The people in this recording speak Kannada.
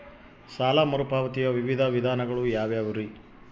ಸಾಲ ಮರುಪಾವತಿಯ ವಿವಿಧ ವಿಧಾನಗಳು ಯಾವ್ಯಾವುರಿ?